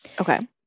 Okay